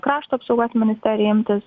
krašto apsaugos ministeriją imtis